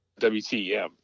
WTM